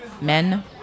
men